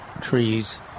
trees